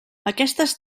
aquestes